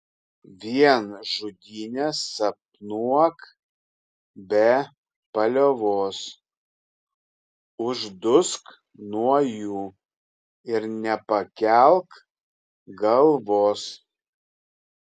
vien žudynes sapnuok be paliovos uždusk nuo jų ir nepakelk galvos